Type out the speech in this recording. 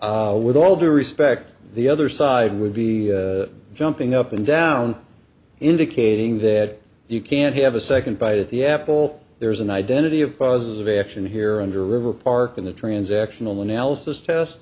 with all due respect the other side would be jumping up and down indicating that you can't have a second bite at the apple there's an identity of cause of action here under river park in the t